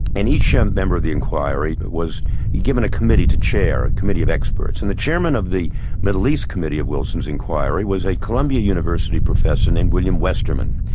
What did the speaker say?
and each ah member of the inquiry was given a committee to chair, a committee of experts, and the chairman of the middle east committee of wilson's inquiry was a colombia university professor named william westerman.